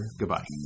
goodbye